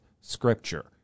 scripture